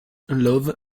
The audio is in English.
love